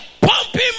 pumping